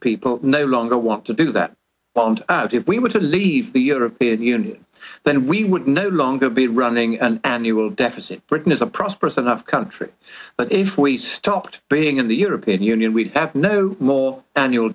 people no longer want to do that and if we were to leave the european union then we would no longer be running and annual deficit britain is a prosperous enough country but if we stopped being in the european union we have no more annual